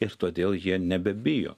ir todėl jie nebijo